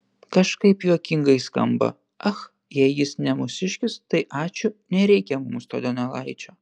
kažkaip juokingai skamba ach jei jis ne mūsiškis tai ačiū nereikia mums to donelaičio